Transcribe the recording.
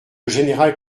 général